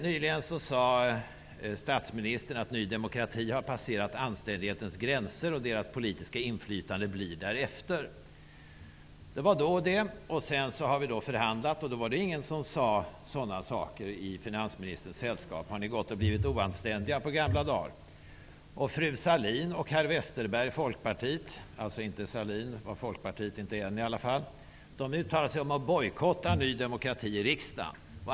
Nyligen sade statsministern att Ny demokrati har passerat anständighetens gränser och att partiets politiska inflytande blir därefter. Det var då det. Sedan har vi förhandlat, men då var det ingen i finansministerns sällskap som sade något sådant. Har ni gått och blivit oanständiga på gamla dagar? Fru Sahlin och herr Westerberg, Folkpartiet -- alltså i alla fall inte ännu Sahlin och Folkpartiet -- uttalade sig för en bojkott av Ny demokrati i riksdagen.